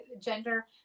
gender